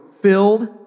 filled